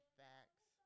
facts